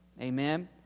Amen